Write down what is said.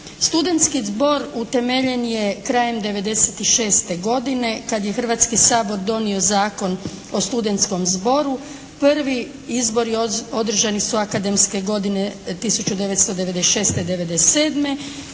Studentski zbor utemeljen je krajem '96. godine kada je Hrvatski sabor donio Zakon o studentskom zboru. Prvi izbori održani su akademske godine 1996./'97.